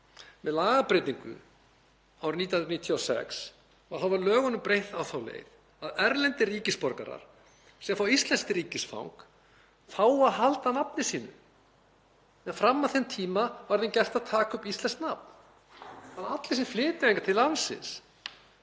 Með lagabreytingu árið 1996 var lögunum breytt á þá leið að erlendir ríkisborgarar sem fá íslenskt ríkisfang fái að halda nafni sínu. Fram að þeim tíma var þeim gert að taka upp íslenskt nafn. Allir sem flytja hingað til landsins,